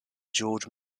george